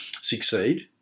succeed